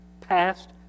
Past